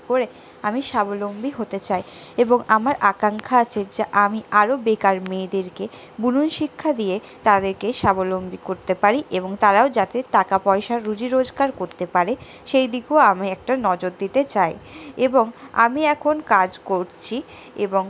করে আমি স্বাবলম্বী হতে চাই এবং আমার আকাঙ্খা আছে যে আমি আরও বেকার মেয়েদেরকে বুনন শিক্ষা দিয়ে তাদেরকে স্বাবলম্বী করতে পারি এবং তারাও যাতে টাকা পয়সা রুজি রোজগার করতে পারে সেইদিকেও আমি একটা নজর দিতে চাই এবং আমি এখন কাজ করছি এবং